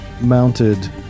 mounted